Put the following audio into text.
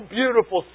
beautiful